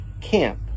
camp